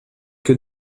que